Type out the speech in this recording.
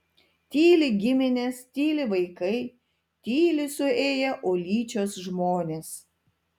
tyli giminės tyli vaikai tyli suėję ulyčios žmonės